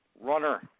runner